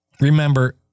remember